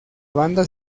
banda